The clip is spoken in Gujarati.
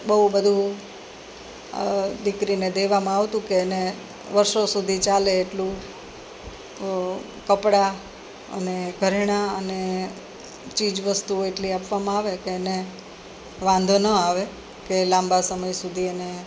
બહુ બધું દીકરીને દેવામાં આવતું કે એને વર્ષો સુધી ચાલે એટલું કપડાં અને ઘરેણાં અને ચીજવસ્તુઓ એટલી આપવામાં આવે કે એને વાંધો ન આવે કે લાંબા સમય સુધી એને